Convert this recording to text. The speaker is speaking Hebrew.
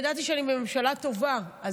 ידעתי שאני בממשלה טובה.